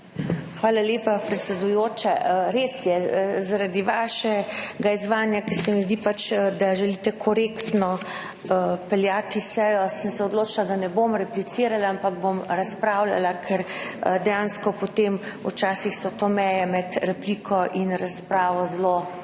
Hvala lepa, predsedujoča. Res je. Zaradi vašega izvajanja, ker se mi zdi, da želite korektno peljati sejo, sem se odločila, da ne bom replicirala, ampak bom razpravljala, ker so dejansko potem včasih te meje med repliko in razpravo zelo tanke